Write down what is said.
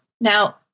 now